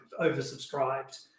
oversubscribed